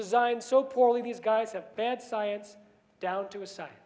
designed so poorly these guys have bad science down to a si